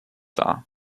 dar